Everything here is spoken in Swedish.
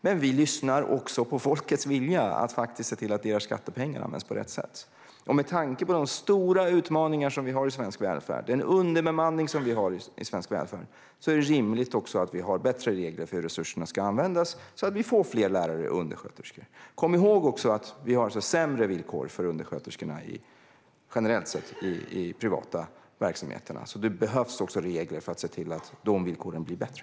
Men vi lyssnar också på folkets vilja att se till att skattepengarna används på rätt sätt. Med tanke på de stora utmaningar och den underbemanning som vi har i svensk välfärd är det rimligt att vi också har bättre regler för hur resurserna ska användas, så att vi får fler lärare och undersköterskor. Kom också ihåg att undersköterskorna i de privata verksamheterna generellt sett har sämre villkor. Det behövs alltså också regler för att se till att de villkoren blir bättre.